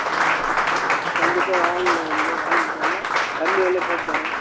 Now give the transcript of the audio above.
கண் கண்டிப்பாக வாங்குங்க வந்து வாங்கிவிட்டு போங்க கம்மி விலையே போட்டு தரோம்